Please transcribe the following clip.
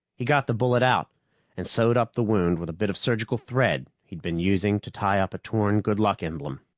he got the bullet out and sewed up the wound with a bit of surgical thread he'd been using to tie up a torn good-luck emblem.